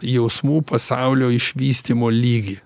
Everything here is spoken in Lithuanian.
jausmų pasaulio išvystymo lygį